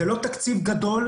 זה לא תקציב גדול,